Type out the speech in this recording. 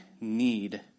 need